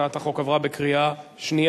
הצעת החוק עברה בקריאה שנייה.